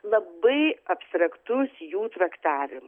labai abstraktus jų traktavimas